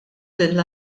lill